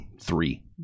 three